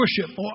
worship